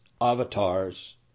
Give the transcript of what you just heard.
avatars